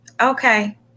Okay